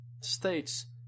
states